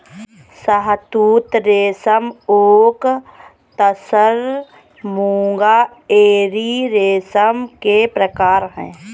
शहतूत रेशम ओक तसर मूंगा एरी रेशम के प्रकार है